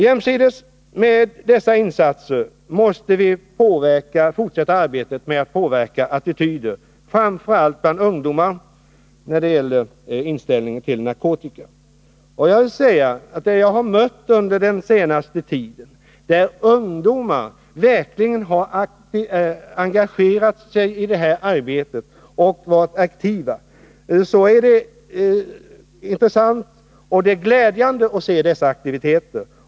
Jämsides med dessa insatser måste vi fortsätta arbetet med att påverka attityder, framför allt bland ungdomar, när det gäller inställningen till narkotikan. Jag vill säga att jag under den senaste tiden har mött ungdomar som verkligen har engagerat sig i detta arbete och varit aktiva. Det är intressant och glädjande att se dessa aktiviteter.